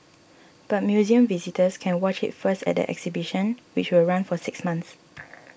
but museum visitors can watch it first at the exhibition which will run for six months